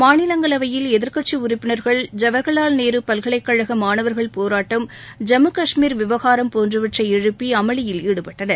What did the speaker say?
மாநிலங்களவையில் எதிர்கட்சி உறுப்பினர்கள் ஜவஹர்லால் நேரு பல்கலைக்கழக மாணவர்கள் போராட்டம் ஜம்மு கஷ்மீர் விவகாரம் போன்றவற்றை எழுப்பி அமளியில் ஈடுபட்டனர்